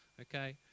okay